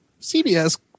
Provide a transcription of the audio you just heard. CBS